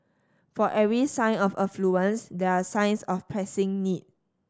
for every sign of affluence there are signs of pressing need